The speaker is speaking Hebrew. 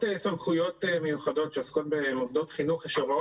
בין 80%-90% מהבנים לומדים במוסדות הפטור והבנות